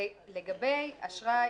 לגבי אשראי,